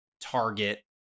Target